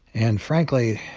and frankly,